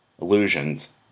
Illusions